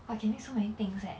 !wah! I can make so many things leh